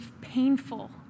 painful